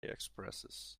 expenses